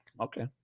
okay